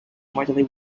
mortally